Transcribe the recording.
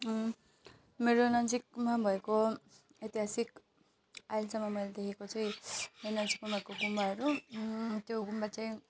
मेरो नजिकमा भएको ऐतिहासिक अहिलेसम्म मैले देखेको चाहिँ नजिकमा भएका गुम्बाहरू त्यो गुम्बा चाहिँ